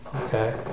Okay